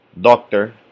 Doctor